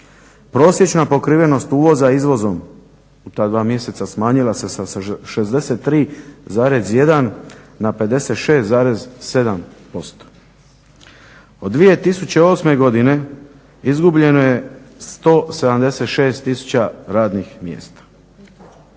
Prosječna pokrivenost uvoza izvozom u ta dva mjeseca smanjila se sa 63,1 na 56,7%. Od 2008. godine izgubljeno je 176 tisuća radnih mjesta.